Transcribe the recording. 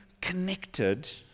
connected